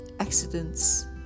Accidents